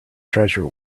treasure